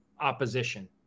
opposition